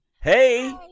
Hey